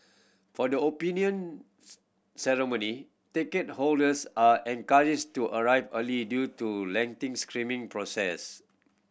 for the opinion Ceremony ticket holders are encouraged to arrive early due to lengthy screening process